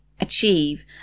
achieve